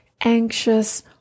anxious